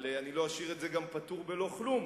אבל אני לא אשאיר את זה גם פטור בלא כלום.